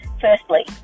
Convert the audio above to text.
Firstly